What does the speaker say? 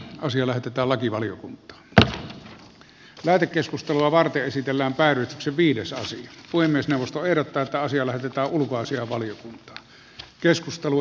asia lähetetään lakivaliokuntaan lähetekeskustelua vartia esitellään päivät ja viidesosa puhemiesneuvosto ehdottaa että asia lähetetään ulkoasiainvaliokuntaan